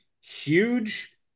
huge